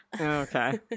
Okay